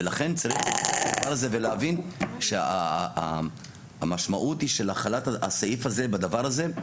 לכן צריך להבין שהמשמעות של החלת הסעיף הזה בדבר הזה,